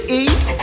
eat